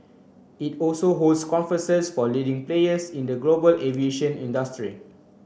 it also hosts conferences for leading players in the global aviation industry